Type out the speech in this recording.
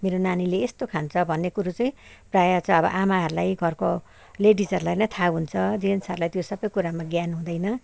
मेरो नानीले यस्तो खान्छ भन्ने कुरो चाहिँ प्राय चाहिँ अब आमाहरूलाई घरको लेडिसहरूलाई नै थाह हुन्छ जेन्ट्सहरूलाई त्यो सबै कुरामा ज्ञान हुँदैन